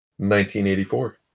1984